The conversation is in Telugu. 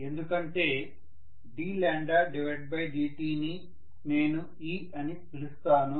ఎందుకంటే ddtని నేను e అని పిలుస్తాను